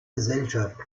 gesellschaft